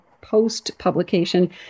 post-publication